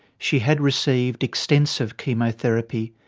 she had received extensive chemotherapy.